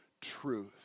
truth